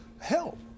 Help